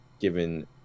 given